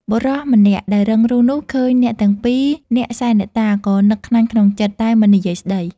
បុរសម្នាក់ដែលរឹងរូសនោះ ឃើញអ្នកទាំងពីរនាក់សែនអ្នកតា ក៏នឹកក្នាញ់ក្នុងចិត្ត តែមិននិយាយស្តី។